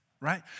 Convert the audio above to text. right